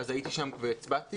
הייתי שם והצבעתי.